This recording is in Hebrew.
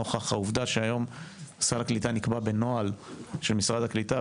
נוכח העובדה שהיום סל הקליטה נקבע בנוהל של משרד הקליטה,